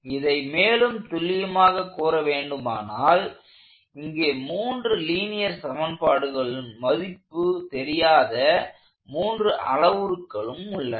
இதை மேலும் துல்லியமாக கூற வேண்டுமானால் இங்கே மூன்று லீனியர் சமன்பாடுகளும் மதிப்பு தெரியாத மூன்று அளவுருக்களும் உள்ளன